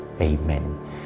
Amen